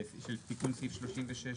של תיקון סעיף 36 לא.